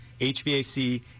HVAC